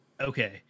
okay